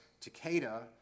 Takeda